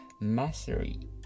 mastery